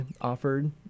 offered